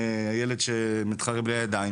הילד שמתחרה בלי ידיים.